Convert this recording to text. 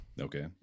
Okay